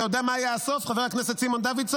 אתה יודע מה היה הסוף, חבר הכנסת סימון דוידסון?